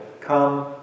come